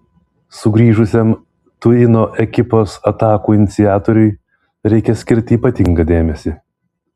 sugrįžusiam tuino ekipos atakų iniciatoriui reikia skirti ypatingą dėmesį